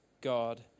God